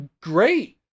great